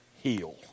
heal